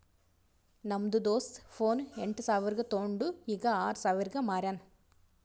ನಮ್ದು ದೋಸ್ತ ಫೋನ್ ಎಂಟ್ ಸಾವಿರ್ಗ ತೊಂಡು ಈಗ್ ಆರ್ ಸಾವಿರ್ಗ ಮಾರ್ಯಾನ್